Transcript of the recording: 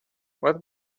what